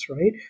right